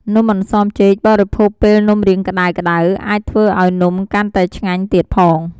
នំអន្សមចេកបរិភោគពេលនំរៀងក្ដៅៗអាចធ្វើឱ្យនំកាន់តែឆ្ងាញ់ទៀតផង។